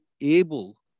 able